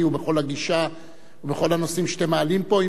ובכל הגישה ובכל הנושאים שאתם מעלים פה,